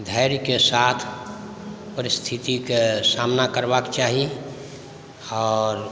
धैर्यके साथ परिस्थितिके सामना करबाक चाही आओर